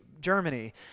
Germany